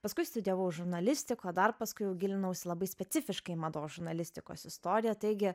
paskui studijavau žurnalistiką o dar paskui jau gilinausi labai specifiškai į mados žurnalistikos istoriją taigi